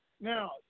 now